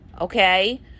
okay